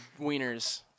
Wieners